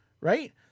right